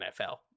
NFL